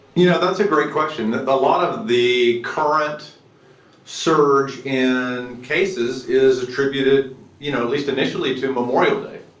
you know, that's a great question that a lot of the current surge in cases is attributed, you know, at least initially, to memorial day